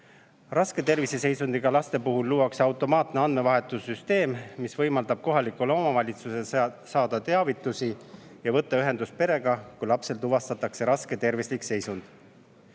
Raske terviseseisundiga laste puhul luuakse automaatne andmevahetussüsteem, mis võimaldab kohalikul omavalitsusel saada teavitusi ja võtta ühendust [lapse] perega, kui lapsel tuvastatakse raske tervislik